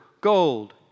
gold